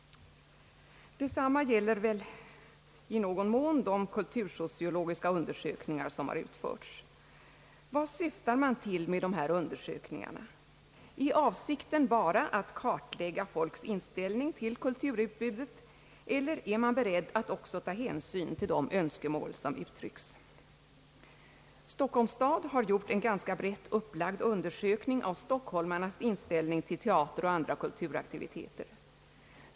Detsamma gäller väl i någon mån de kultursociologiska undersökningar som har utförts, Vad syftar man till med dessa undersökningar? Är avsikten bara att kartlägga folks inställning till kulturutbudet, eller är man beredd att också ta hänsyn till de önskemål som uttryckts? Stockholms stad har gjort en ganska brett upplagd undersökning av stockholmarnas inställning till teater och andra kulturaktiviteter.